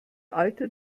alter